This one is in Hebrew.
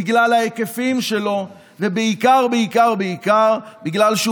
בגלל ההיקפים שלו ובעיקר בעיקר בגלל שהוא